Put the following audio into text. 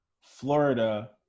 Florida